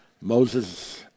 Moses